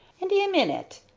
and im in hit!